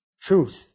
truth